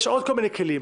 יש עוד כל מיני כלים.